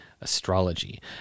astrology